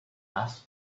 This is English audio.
asked